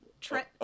Trent